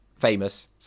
famous